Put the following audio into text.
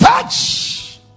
touch